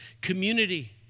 community